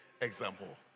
example